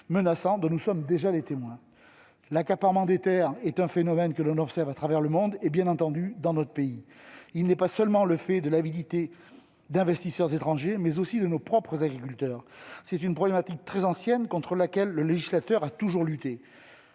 menaçants dont nous sommes déjà les témoins. » L'accaparement des terres est un phénomène que l'on observe à travers le monde, et bien entendu dans notre pays. Il est le fait non pas seulement de l'avidité d'investisseurs étrangers, aussi de nos propres agriculteurs. C'est une problématique très ancienne, contre laquelle le législateur a toujours lutté.